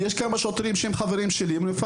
יש כמה שוטרים שהם חברים שלי אמרו לי,